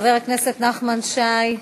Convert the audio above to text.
חבר הכנסת נחמן שי,